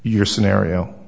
your scenario